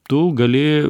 tu gali